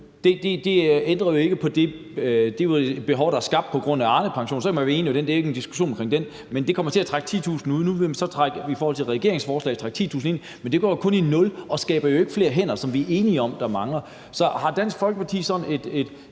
Det ændrer jo ikke på det behov, der er skabt på grund af Arnepensionen. Så kan man mene, at det ikke er en diskussion omkring den, men det kommer til at trække 10.000 ud. Nu vil man så i regeringens forslag trække 10.000 ind, men det går jo kun i nul og skaber ikke flere hænder, som vi er enige om der mangler. Så har Dansk Folkeparti sådan et